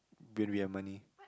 when we have money